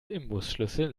imbusschlüssel